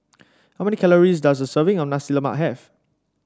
how many calories does a serving of Nasi Lemak have